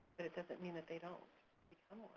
but it doesn't mean that they don't